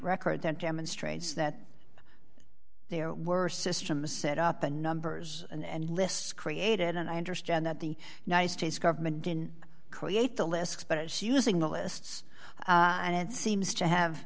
record that demonstrates that there were systems set up the numbers and lists created and i understand that the united states government didn't create the list but it's using the lists and it seems to have